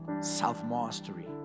self-mastery